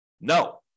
No